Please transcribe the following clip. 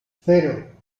cero